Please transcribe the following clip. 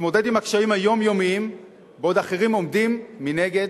ויתמודד עם הקשיים היומיומיים בעוד אחרים עומדים מנגד.